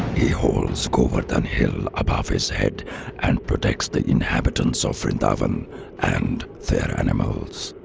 he holds govardhana hill above his head and protects the inhabitants of vrindavan and their animals.